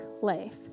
life